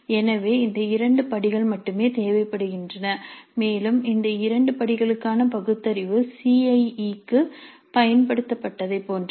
எனவே இந்த இரண்டு படிகள் மட்டுமே தேவைப்படுகின்றன மேலும் இந்த இரண்டு படிகளுக்கான பகுத்தறிவு சிஐஇ க்குப் பயன்படுத்தப்பட்டதைப் போன்றது